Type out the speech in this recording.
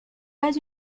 pas